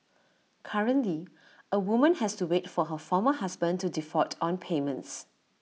currently A woman has to wait for her former husband to default on payments